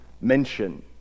mention